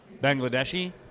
Bangladeshi